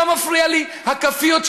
לא מפריעות לי הכאפיות,